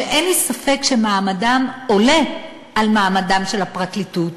שאין לי ספק שמעמדם עולה על מעמדה של הפרקליטות,